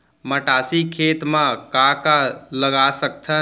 मटासी खेत म का का लगा सकथन?